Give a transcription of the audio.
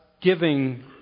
giving